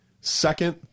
Second